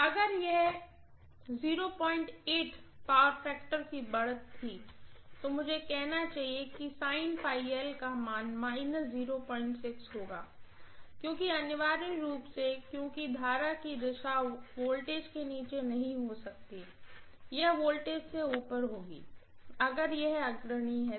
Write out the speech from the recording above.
अगर यह 08 pf की बढ़त थी तो मुझे कहना चाहिए कि का मान होगा क्योंकि अनिवार्य रूप से क्यूंकि करंट कि दिशा वॉल्ट्ज के नीचे नहीं हो सकती यह वोल्टेज से ऊपर होगी अगर यह अग्रणी है